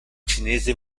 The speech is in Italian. cinese